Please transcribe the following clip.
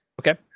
okay